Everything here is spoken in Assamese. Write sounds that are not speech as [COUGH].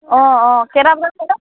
অঁ অঁ কেইটা বজাত [UNINTELLIGIBLE]